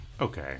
okay